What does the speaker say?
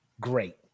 great